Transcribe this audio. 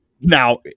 Now